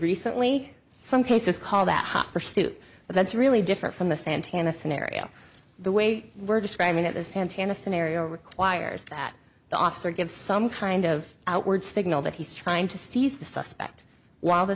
recently some places call that hot pursuit but that's really different from the santana scenario the way we're describing it the santana scenario requires that the officer give some kind of outward signal that he's trying to seize the suspect while the